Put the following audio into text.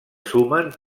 sumen